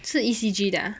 是 E_C_G 的 ah